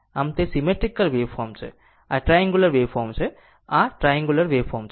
આમ તે symmetrical waveform છે આ ટ્રાન્ગુલર વેવફોર્મ છે આ ટ્રાન્ગુલર વેવફોર્મ છે